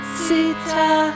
sita